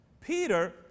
Peter